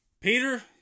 Peter